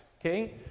Okay